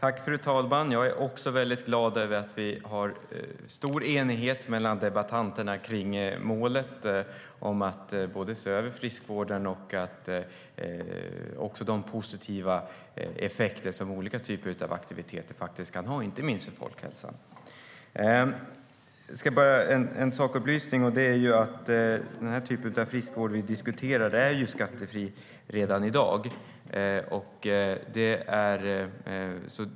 Fru talman! Också jag är väldigt glad över att det finns stor enighet mellan oss vad gäller målet att se över friskvården och de positiva effekter som olika typer av aktiviteter kan ha, inte minst för folkhälsan. Låt mig ge en sakupplysning. Den typ av friskvård som vi diskuterar är redan i dag skattefri.